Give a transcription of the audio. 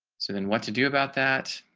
so then what to do about that.